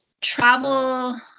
travel